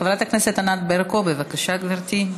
חברת הכנסת ענת ברקו, בבקשה גברתי.